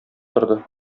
торды